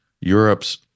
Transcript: Europe's